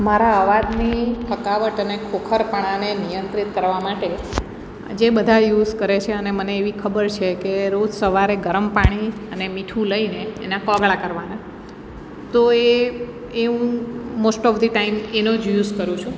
મારા અવાજની થકાવટ અને ખોખરાપણાને નિયંત્રિત કરવા માટે જે બધા યુસ કરે છે અને મને એવી ખબર છે કે રોજ સવારે ગરમ પાણી અને મીઠું લઈને એનાં કોગળા કરવાનાં તો એ એ હું મોસ્ટ ઓફ ધી ટાઈમ એનો જ યુસ કરું છું